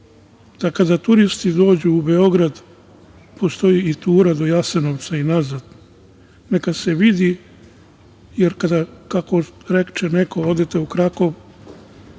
da kada turisti dođu u Beograd, postoji i tura do Jasenovca i nazad. Neka se vidi, jer kako reče neko, kada odete u Krakov,